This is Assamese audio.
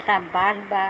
এটা বাট বা